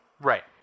Right